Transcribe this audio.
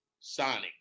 Sonic